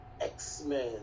X-Men